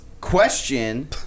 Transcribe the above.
question